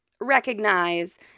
recognize